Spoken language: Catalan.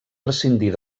prescindir